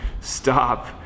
Stop